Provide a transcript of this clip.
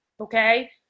Okay